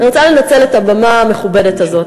אני רוצה לנצל את הבמה המכובדת הזאת